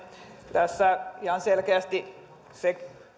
tässä ihan selkeästi se